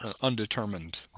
Undetermined